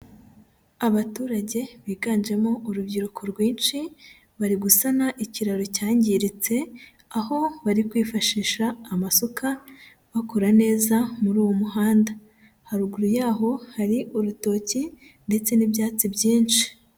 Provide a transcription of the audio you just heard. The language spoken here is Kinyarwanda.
Abaturage biganjemo urubyiruko rwinshi bari gusana ikiraro cyangiritse, aho bari kwifashisha amasuka bakora neza muri uwo muhanda, haruguru yaho hari urutoki ndetse n'ibyatsi byinshi.